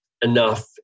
enough